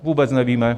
Vůbec nevíme.